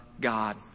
God